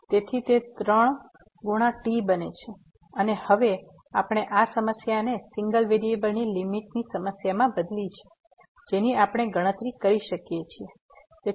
તેથી તે 3 ગણા t બને છે અને હવે આપણે આ સમસ્યાને સિંગલ વેરિયેબલની લીમીટની સમસ્યામાં બદલી છે જેની આપણે ગણતરી કરી શકીએ છીએ